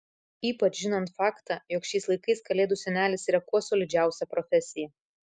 ypač žinant faktą jog šiais laikais kalėdų senelis yra kuo solidžiausia profesija